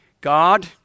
God